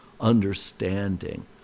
understanding